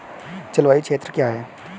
जलवायु क्षेत्र क्या है?